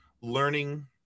learning